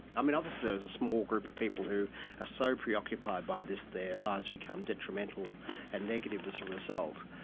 i mean, obviously there is a small group of people who are so preoccupied by this their lives become detrimental and negative as a result.